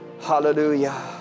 Hallelujah